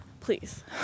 Please